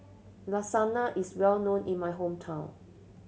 lasagna is well known in my hometown